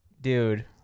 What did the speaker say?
dude